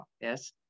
yes